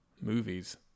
movies